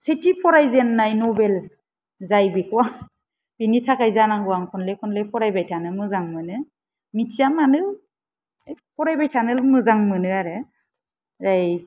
सेथि फरायजोननाय नभेल जाय बेखौ बेनि थाखाय जानांगौ आं खनले खनले फरायबाय थानो मोजां मोनो मिथिया मानो फरायबायथानो मोजां मोनो आरो